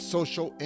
Social